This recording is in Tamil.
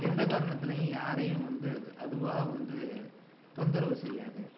எந்த காரணத்துலியும் யாரையும் வந்து அது அதுவாக வந்து தொந்தரவு செய்யாது